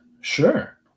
sure